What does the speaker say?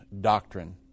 doctrine